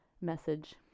message